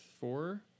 four